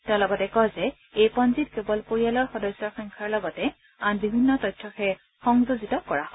তেওঁ লগতে কয় যে এই পঞ্জীত কেৱল পৰিয়ালৰ সদস্যৰ সংখ্যাৰ লগতে আন বিভিন্ন তথ্যহে সংযোজিত কৰা হয়